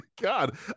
God